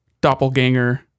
doppelganger